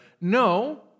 No